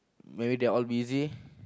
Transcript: maybe they're all busy